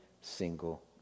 single